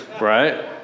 right